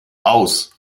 aus